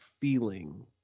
feeling